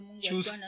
choose